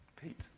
Pete